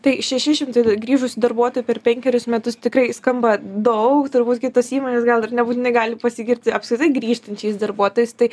tai šeši šimtai grįžusių darbuotojų per penkerius metus tikrai skamba daug turbūt kitos įmonės gal ir nebūtinai gali pasigirti apskritai grįžtančiais darbuotojais tai